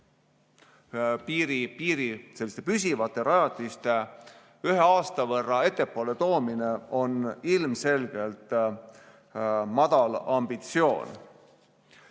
piiri selliste püsivate rajatiste ühe aasta võrra ettepoole toomine on ilmselgelt madal ambitsioon.